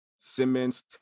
Simmons